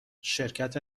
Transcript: شرکت